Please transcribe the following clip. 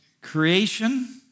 creation